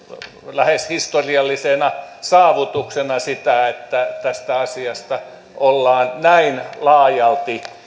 lähes historiallisena saavutuksena sitä että tästä asiasta ollaan näin laajalti